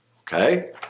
okay